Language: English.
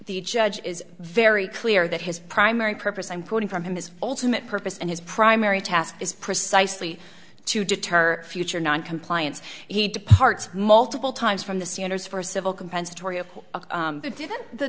the judge is very clear that his primary purpose i'm quoting from his ultimate purpose and his primary task is precisely to deter future noncompliance he departs multiple times from the standards for civil compensatory of the d